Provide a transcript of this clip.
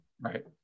Right